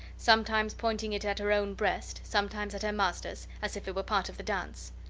sometimes pointing it at her own breast, sometimes at her master's, as if it were part of the dance.